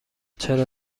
چرا